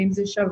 ואם זה שבץ,